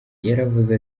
yaravuze